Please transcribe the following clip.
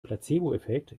placeboeffekt